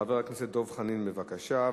חבר הכנסת דב חנין, בבקשה.